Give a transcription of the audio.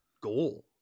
goal